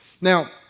Now